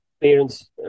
parents